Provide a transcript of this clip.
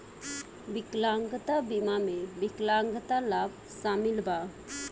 विकलांगता बीमा में विकलांगता लाभ शामिल बा